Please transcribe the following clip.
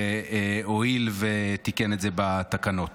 שהואיל לתקן את זה בתקנות.